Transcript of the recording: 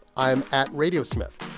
i'm at radiosmith.